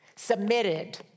Submitted